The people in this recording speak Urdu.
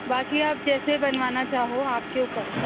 باقی آپ جیسے بنوانا چاہو آپ کے اوپر ہے